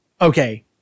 okay